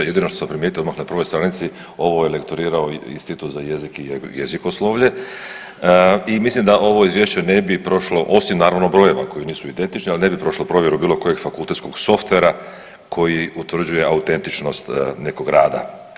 Jedino što sam primijetio odmah na prvoj stranici ovo je lektorirao Institut za jezike i jezikoslovlje i mislim da ovo izvješće ne bi prošlo, osim naravno brojeva koji nisu identični, ali ne bi prošlo provjeru bilo kojeg fakultetskog softwarea, koji utvrđuje autentičnost nekog rada.